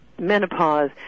Menopause